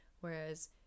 whereas